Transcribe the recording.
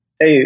Hey